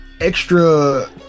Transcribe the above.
extra